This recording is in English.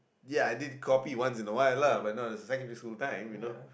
ya I did copy once in awhile lah but that was secondary school times you know